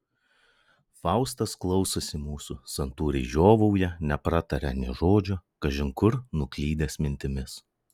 faustas klausosi mūsų santūriai žiovauja neprataria nė žodžio kažin kur nuklydęs mintimis